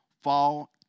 fall